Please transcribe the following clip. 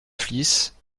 flies